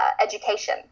education